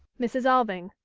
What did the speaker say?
mrs. alving.